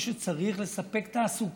יש שטח כזה קטן בשביל אזור תעשייה